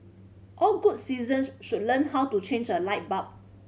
all good citizens should learn how to change a light bulb